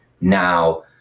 Now